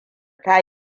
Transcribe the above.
ta